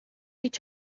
each